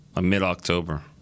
mid-October